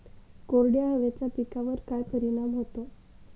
कोरड्या हवेचा पिकावर काय परिणाम होतो?